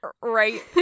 Right